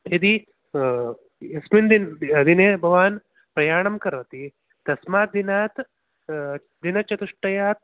यदि यस्मिन् दिन् दिने भवान् प्रयाणं करोति तस्मात् दिनात् दिनचतुष्टयात्